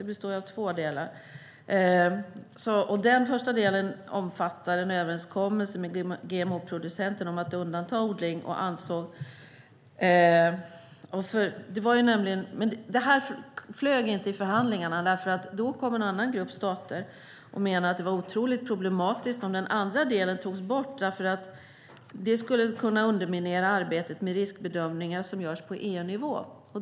Förslaget består ju av två delar. Den första delen omfattar en överenskommelse med GMO-producenterna om att undanta odling. Men det här gick inte igenom i förhandlingarna, för en annan grupp stater menade att det var otroligt problematiskt om den andra delen togs bort därför att det skulle kunna underminera arbetet med riskbedömningar som görs på EU-nivå.